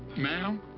ma'am,